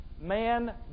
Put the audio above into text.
Man